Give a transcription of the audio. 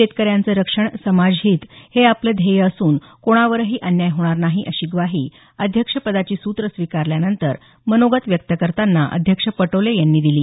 शेतकऱ्यांचं रक्षण समाजहीत हे आपलं ध्येय असून कोणावरही अन्याय होणार नाही अशी ग्वाही अध्यक्षपदाची सूत्रं स्वीकारल्यानंतर मनोगत व्यक्त करताना अध्यक्ष पटाले यांनी दिली